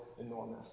enormous